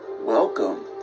Welcome